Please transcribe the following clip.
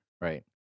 Right